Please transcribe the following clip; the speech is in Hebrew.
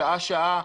שעה שעה,